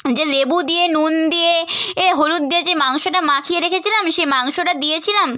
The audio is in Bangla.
যে লেবু দিয়ে নুন দিয়ে এ হলুদ দিয়ে যেই মাংসটা মাখিয়ে রেখেছিলাম সেই মাংসটা দিয়েছিলাম